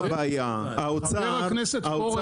חבר הכנסת פורר